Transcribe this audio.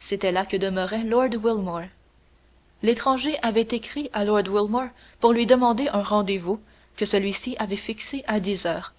c'était là que demeurait lord wilmore l'étranger avait écrit à lord wilmore pour lui demander un rendez-vous que celui-ci avait fixé à dix heures